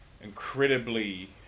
incredibly